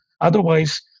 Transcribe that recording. Otherwise